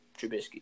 Trubisky